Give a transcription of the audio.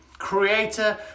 creator